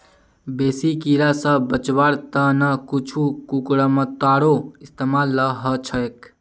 बेसी कीरा स बचवार त न कुछू कुकुरमुत्तारो इस्तमाल ह छेक